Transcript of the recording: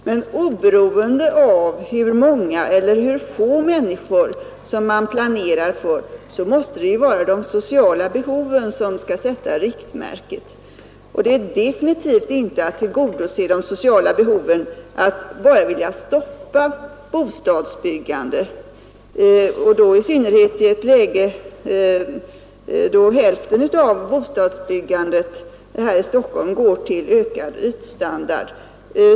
Men oberoende av hur många eller hur få människor som man planerar för, måste det ju vara de sociala behoven som skall sätta riktmärket. Det är definitivt inte att tillgodose de sociala behoven att bara vilja stoppa bostadsbyggandet. Detta i synnerhet i ett läge då hälften av bostadsbyggandet här i Stockholm går till ökad ytstandard.